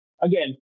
Again